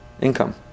income